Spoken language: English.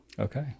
Okay